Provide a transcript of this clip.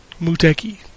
Muteki